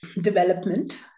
development